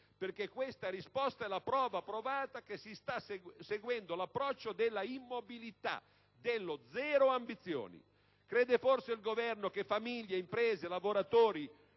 perché questa risposta è la prova provata che si sta seguendo l'approccio della immobilità, dello «zero ambizioni». Crede forse, il Governo, che famiglie, imprese e lavoratori